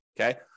Okay